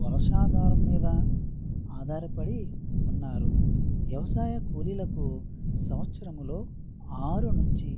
వర్షాధారం మీద ఆధారపడి ఉన్నారు వ్యవసాయ కూలీలకు సంవత్సరంలో ఆరు నుంచి